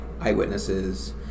eyewitnesses